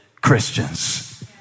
Christians